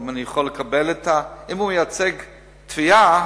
אם הוא מייצג תביעה,